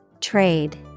Trade